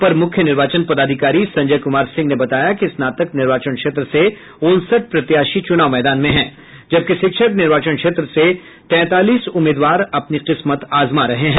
अपर मुख्य निर्वाचन पदाधिकारी संजय कुमार सिंह ने बताया कि स्नातक निर्वाचन क्षेत्र से उनसठ प्रत्याशी मैदान में हैं जबकि शिक्षक निर्वाचन क्षेत्र से तैंतालीस उम्मीदवार अपनी किस्मत आजमा रहे हैं